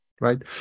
Right